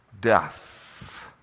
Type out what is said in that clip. Death